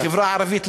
החברה הערבית,